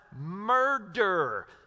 murder